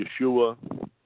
Yeshua